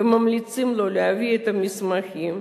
וממליצים לו להביא את המסמכים,